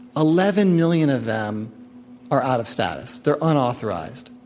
eleven million of them are out of status. they're unauthorized.